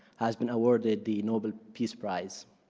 has been awarded the nobel peace prize.